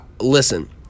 listen